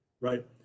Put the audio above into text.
right